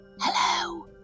hello